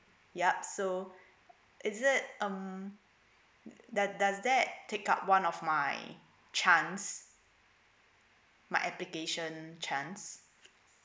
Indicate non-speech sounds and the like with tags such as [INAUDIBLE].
yup so [BREATH] is it um does does that take up one of my chance my application chance